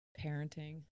Parenting